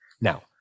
now